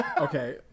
okay